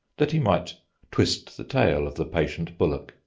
that he might twist the tail of the patient bullock.